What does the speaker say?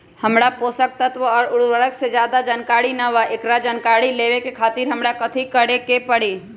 हमरा पोषक तत्व और उर्वरक के ज्यादा जानकारी ना बा एकरा जानकारी लेवे के खातिर हमरा कथी करे के पड़ी?